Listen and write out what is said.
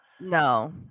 No